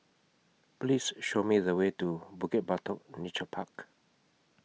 Please Show Me The Way to Bukit Batok Nature Park